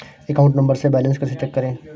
Account number से balance कैसे check करें?